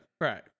right